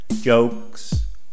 jokes